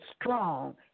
strong